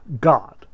God